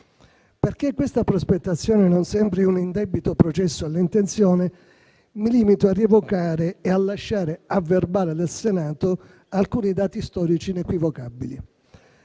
Perché questa prospettazione non sembri un indebito processo alle intenzioni, mi limito a rievocare e a lasciare a verbale del Senato alcuni dati storici inequivocabili.